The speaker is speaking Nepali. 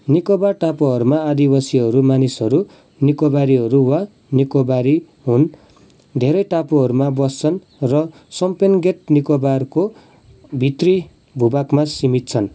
निकोबार टापुहरूमा आदिवासीहरू मानिसहरू निकोबारीहरू वा निकोबारी हुन् धेरै टापुहरूमा बस्छन् र सोम्पेन ग्रेट निकोबारको भित्री भूभागमा सीमित छन्